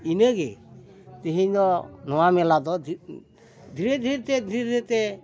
ᱤᱱᱟᱹᱜᱮ ᱛᱤᱦᱤᱧ ᱫᱚ ᱱᱚᱣᱟ ᱢᱮᱞᱟ ᱫᱚ ᱫᱷᱤᱨᱮ ᱫᱷᱤᱨᱮ ᱛᱮ ᱫᱷᱤᱨᱮ ᱛᱮ